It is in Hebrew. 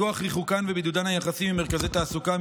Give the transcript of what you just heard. מכוח ריחוקן ובידודן היחסי ממרכזי תעסוקה,